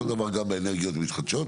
אותו דבר לגבי אנרגיות מתחדשות.